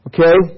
Okay